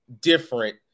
different